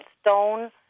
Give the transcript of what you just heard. stone